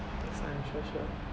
next time sure sure